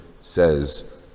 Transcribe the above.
says